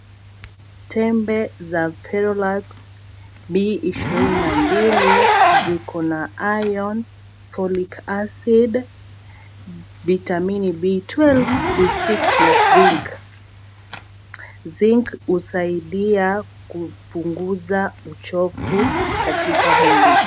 Tembe za ferolax ni ishirini na mbili ziko na iron folic acid vitamini B 12 ,B6 na zinc, zinc usaidia kupunguza uchofu katika mwili.